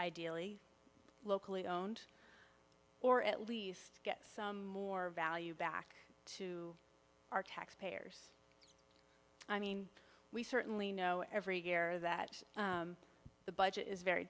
ideally locally owned or at least get some more value back to our taxpayers i mean we certainly know every year that the budget is very